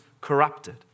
corrupted